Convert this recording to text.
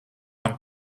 man